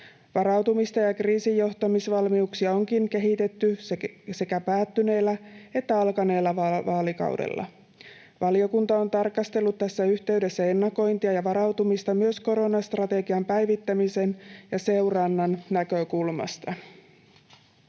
Varautumista ja kriisinjohtamisvalmiuksia onkin kehitetty sekä päättyneellä että alkaneella vaalikaudella. Valiokunta on tarkastellut tässä yhteydessä ennakointia ja varautumista myös koronastrategian päivittämisen ja seurannan näkökulmasta.